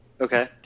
Okay